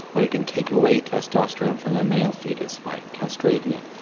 or you can take away testosterone from a male foetus by castrating it.